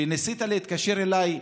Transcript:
ניסית להתקשר אליי בשישי-שבת,